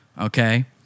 okay